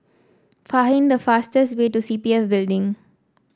the fastest way to C P F Building